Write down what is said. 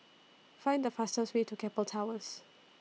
Find The fastest Way to Keppel Towers